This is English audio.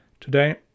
Today